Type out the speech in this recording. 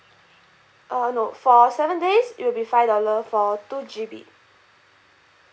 uh no for seven days it will be five dollar for two G_B